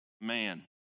man